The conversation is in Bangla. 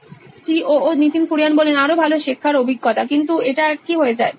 Nitin Kurian C O O নোইন ইলেকট্রনিক্স আরো ভালো শেখার অভিজ্ঞতা কিন্তু এটা একই হয়ে যায়